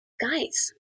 Guys